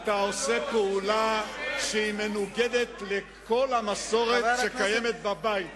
אתה עושה פעולה שהיא מנוגדת לכל המסורת שקיימת בבית הזה,